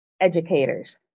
educators